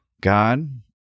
God